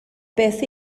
beth